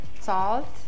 salt